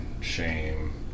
shame